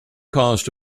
caused